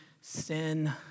sin